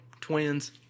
twins